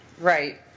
Right